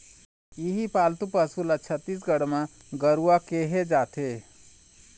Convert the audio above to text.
इहीं पालतू पशु ल छत्तीसगढ़ म गरूवा केहे जाथे